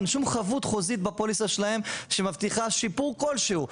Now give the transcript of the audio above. אין שום חבות בפוליסה שלהם שמבטיחה שיפור כלשהו.